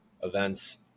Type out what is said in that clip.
events